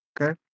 Okay